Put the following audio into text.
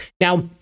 Now